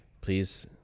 please